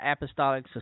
apostolic